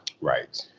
right